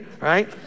right